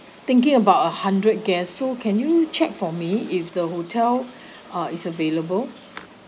thinking about a hundred guests so can you check for me if the hotel uh is available